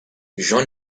jean